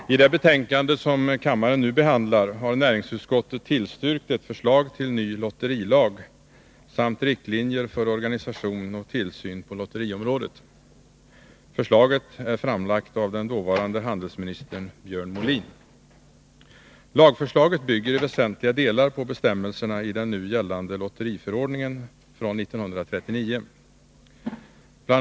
Herr talman! I det betänkande från näringsutskottet som kammaren nu behandlar har utskottet tillstyrkt ett förslag till ny lotterilag samt riktlinjer för organisation och tillsyn på lotteriområdet. Förslaget är framlagt av den dåvarande handelsministern Björn Molin. Lagförslaget bygger i väsentliga delar på bestämmelserna i den nu gällande lotteriförordningen från 1939. Bl.